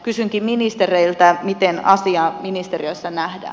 kysynkin ministereiltä miten asia ministeriössä nähdään